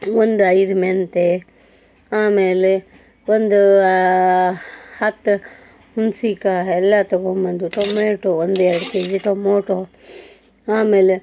ಒಂದೈದು ಮೆಂತ್ಯ ಆಮೇಲೆ ಒಂದು ಹತ್ತು ಹುಣ್ಸೆಕಾಯಿ ಎಲ್ಲ ತೊಗೊಂಡು ಬಂದ್ಬಿಟ್ಟು ಟೊಮೆಟೊ ಒಂದೆರಡು ಕೆ ಜಿ ಟೊಮೆಟೊ ಆಮೇಲೆ